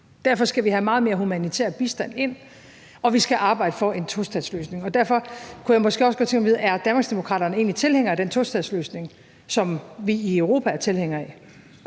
Derfor skal vi have meget mere humanitær bistand ind, og vi skal arbejde for en tostatsløsning. Derfor kunne jeg måske også godt tænke mig at vide, om Danmarksdemokraterne egentlig er tilhængere af den tostatsløsning, som vi i Europa er tilhængere af.